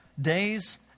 days